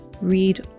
Read